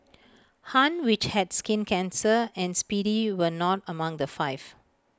han which had skin cancer and speedy were not among the five